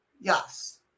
Yes